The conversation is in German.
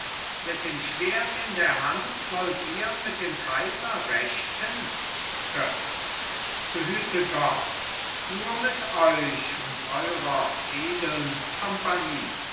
mit dem schwert in der hand wollt ihr mit dem kaiser rechten götz behüte gott nur mit euch und eurer edlen kompanie